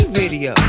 video